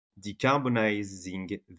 decarbonizing